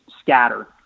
scatter